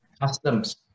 customs